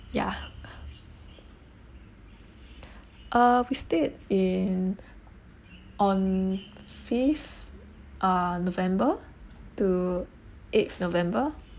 ya uh we stayed in on fifth uh november to eighth november